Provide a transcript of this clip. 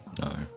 No